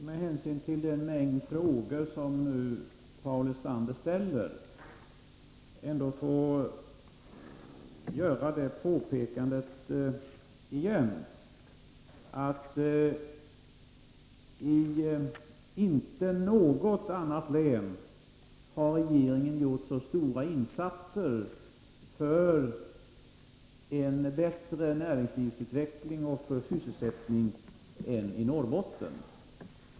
Med hänsyn till den mängd frågor som Paul Lestander nu ställer vill jag ändå göra det påpekandet igen att i inget annat län har regeringen gjort så stora insatser för en bättre näringslivsutveckling och för sysselsättning som i Norrbotten.